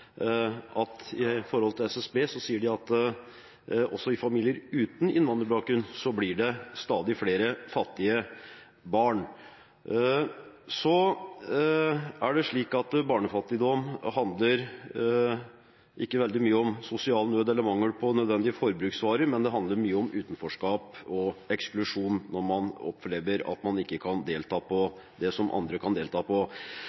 at SSB sier at også i familier uten innvandrerbakgrunn blir det stadig flere fattige barn. Barnefattigdom handler ikke veldig mye om sosial nød eller mangel på nødvendige forbruksvarer, men det handler mye om utenforskap og eksklusjon når man opplever å ikke kunne delta på det som andre kan delta på.